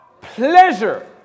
Pleasure